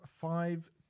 five